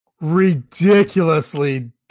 ridiculously